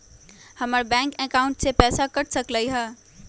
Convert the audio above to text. हमर bank account से पैसा कट सकलइ ह?